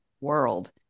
world